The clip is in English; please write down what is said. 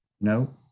No